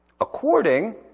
according